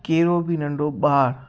कहिड़ो बि नंढो ॿार